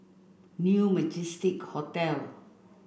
New Majestic Hotel